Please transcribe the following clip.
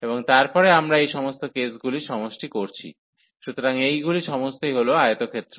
এবং তারপরে আমরা এই সমস্ত কেসগুলির সমষ্টি করছি সুতরাং এইগুলি সমস্তই হল আয়তক্ষেত্র